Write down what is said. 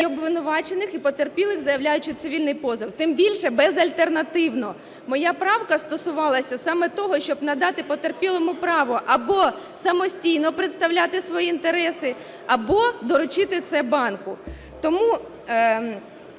і обвинувачених, і потерпілих, заявляючи цивільний позов, тим більше безальтернативно. Моя правка стосувалася саме того, щоб надати потерпілому право або самостійно представляти свої інтереси, або доручити це банку.